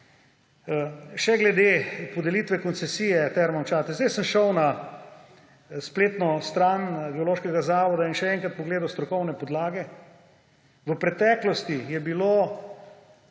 Še glede podelitve koncesije Termam Čatež. Sedaj sem šel na spletno stran Geološkega zavoda in še enkrat pogledal strokovne podlage. V preteklosti je bila